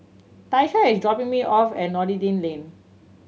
Tyesha is dropping me off at Noordin Lane